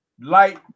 Light